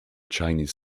chinese